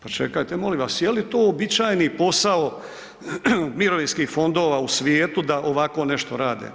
Pa čekajte molim vas, jeli to uobičajeni posao mirovinskih fondova u svijetu da ovako nešto rade?